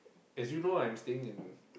as you know I'm staying in